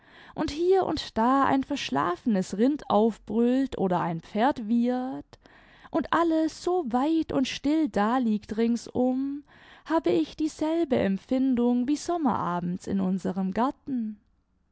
und hier und da ein verschlafenes rind aufbrüllt oder ein pferd wiehert imd alles so weit und still daliegt ringsum habe ich dieselbe empfindimg wie sommerabends in unserem garten